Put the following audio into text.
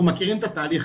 אנחנו מכירים את התהליך,